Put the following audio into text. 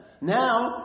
Now